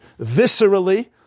viscerally